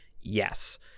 Yes